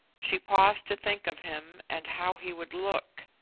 she paused to think of him and how he would look.